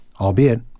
albeit